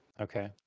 okay